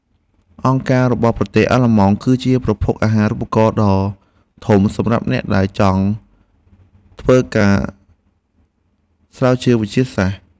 អង្គការរបស់ប្រទេសអាល្លឺម៉ង់គឺជាប្រភពអាហារូបករណ៍ដ៏ធំសម្រាប់អ្នកដែលចង់ធ្វើការស្រាវជ្រាវវិទ្យាសាស្ត្រ។